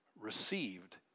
received